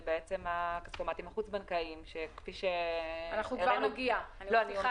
של כספומטים חוץ-בנקאיים --- אנחנו נגיע לזה,